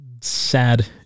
Sad